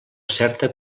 certa